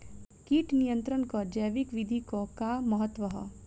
कीट नियंत्रण क जैविक विधि क का महत्व ह?